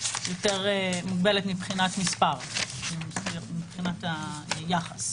יותר מוגבלת מבחינת מספר, מבחינת היחס.